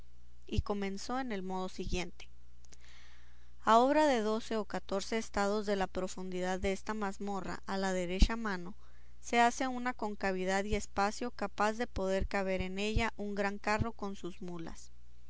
y comenzó en el modo siguiente a obra de doce o catorce estados de la profundidad desta mazmorra a la derecha mano se hace una concavidad y espacio capaz de poder caber en ella un gran carro con sus mulas